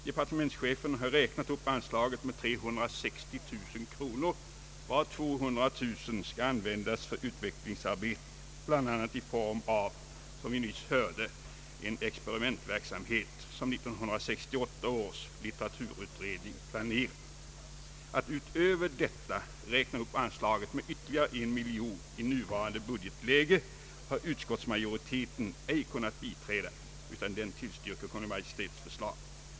Departementschefen har räknat upp anslaget med 360000 kronor, varav 200 000 kronor skall användas till utvecklingsarbete, bl.a. som vi nyss hörde i form av en experimentverksamhet som 1968 års litteraturutredning planerar. Att utöver detta räkna upp anslaget med en miljon kronor i nuvarande budgetläge har utskottsmajoriteten ej kunnat biträda, utan den tillstyrker Kungl. Maj:ts förslag.